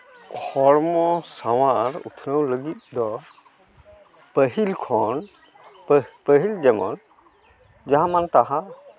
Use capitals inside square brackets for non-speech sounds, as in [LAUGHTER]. ᱦᱚᱲᱢᱚ ᱥᱟᱶᱟᱨ ᱩᱛᱱᱟᱹᱣ ᱞᱟᱹᱜᱤᱫ ᱫᱚ ᱯᱟᱹᱦᱤᱞ ᱠᱷᱚᱱ [UNINTELLIGIBLE] ᱯᱟᱹᱦᱤᱞ ᱡᱮᱢᱚᱱ ᱡᱟᱦᱟᱸ ᱢᱟᱱᱼᱛᱟᱦᱟᱸ